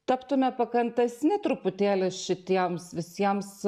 taptume pakantesni truputėlį šitiems visiems